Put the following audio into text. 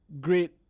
great